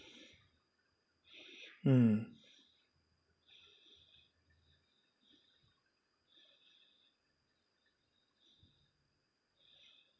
mm